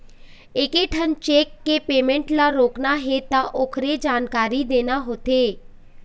एकेठन चेक के पेमेंट ल रोकना हे त ओखरे जानकारी देना होथे